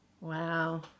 Wow